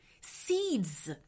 seeds